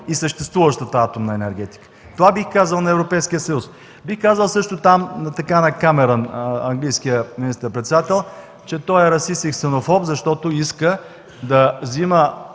и съществуващата атомна енергетика”. Това бих казал на Европейския съюз. Бих казал също така на Камерън – английският министър-председател, че той е расист и ксенофоб, защото иска да взима